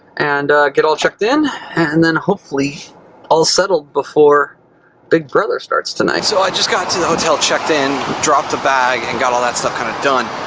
and get all checked in and then hopefully all settled before big brother starts tonight. so, i just got to the hotel, checked in, dropped a bag and got all that stuff kinda kind of done.